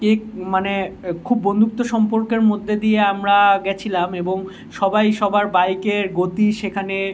এক মানে খুব বন্ধুত্ব সম্পর্কের মধ্য দিয়ে আমরা গেছিলাম এবং সবাই সবার বাইকের গতি সেখানে